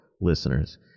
listeners